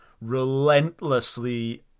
relentlessly